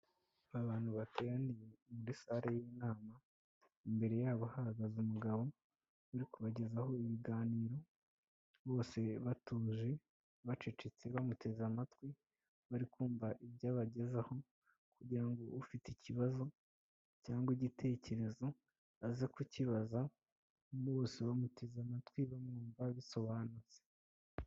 Abantu bateraniye muri sare y'inama, imbere yabo hahagaze umugabo uri kubagezaho ibiganiro, bose batuje, bacecetse, bamuteze amatwi, bari kumva ibyo abagezaho, kugira ngo ufite ikibazo cyangwa igitekerezo, aze kukibaza. Bose bamuteze amatwi, bamwumva, bisobanutse.